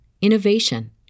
innovation